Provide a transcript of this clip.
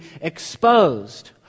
exposed